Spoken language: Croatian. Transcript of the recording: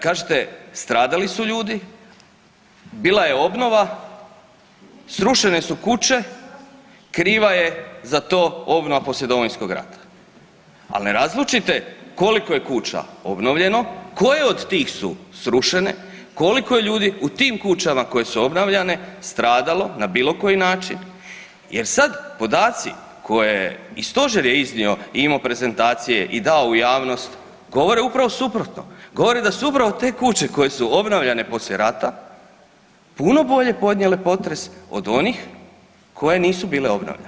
Kažete stradali su ljudi, bila je obnova, srušene su kuće, kriva je za to obnova poslije Domovinskog rata, al ne razlučite koliko je kuća obnovljeno, koje od tih su srušene, koliko je ljudi u tim kućama koje su obnavljane stradalo na bilo koji način jer sad podaci koje i stožer je iznio i imao prezentacije i dao u javnost govore upravo suprotno, govore da su upravo te kuće koje su obnavljane poslije rata puno bolje podnijele potres od onih koje nisu bile obnavljane.